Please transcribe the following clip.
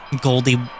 Goldie